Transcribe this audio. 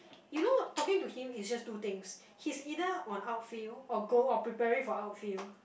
you know talking to him is just two things he's either on outfield or go or preparing for outfield